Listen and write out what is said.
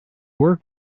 work